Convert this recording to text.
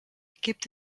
gibt